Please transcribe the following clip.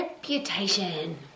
Reputation